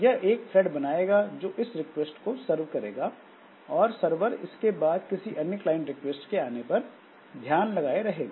यह एक थ्रेड बनाएगा जो इस रिक्वेस्ट को सर्व करेगा और सरवर इसके बाद किसी अन्य क्लाइंट रिक्वेस्ट के आने पर ध्यान लगाए रहेगा